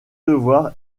devoir